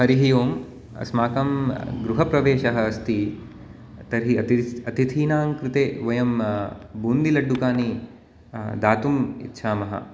हरिः ओम् अस्माकं गृहप्रवेशः अस्ति तर्हि अतिथि अतिथीनाङ्कृते वयं बून्दिलड्डुकानि दातुम् इच्छामः